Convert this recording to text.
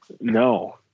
No